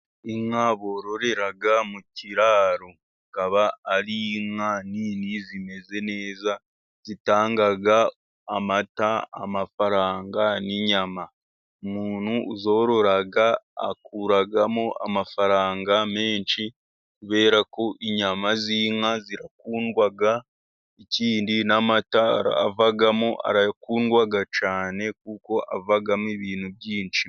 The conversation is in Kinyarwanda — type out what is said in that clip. Inka bororera mu kiraro. Akaba ari inka nini zimeze neza zitanga amata, amafaranga n'inyama. Umuntu uzorora akuramo amafaranga menshi, kubera ko inyama z'inka zikundwa, ikindi n'amata avamo arakundwa cyane, kuko avamo ibintu byinshi.